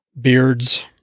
beards